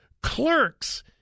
clerks